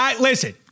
Listen